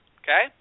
okay